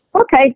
Okay